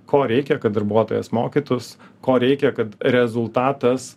ko reikia kad darbuotojas mokytųs ko reikia kad rezultatas